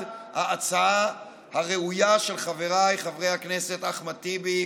ההצעה הראויה של חבריי חברי הכנסת אחמד טיבי,